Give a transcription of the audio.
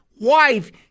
wife